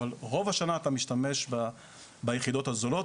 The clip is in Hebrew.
אבל רוב השנה אתה משתמש ביחידות הזולות.